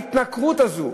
ההתנכרות הזו,